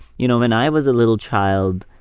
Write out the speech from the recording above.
you know, when i was a little child,